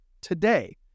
today